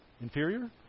inferior